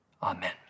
Amen